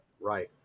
right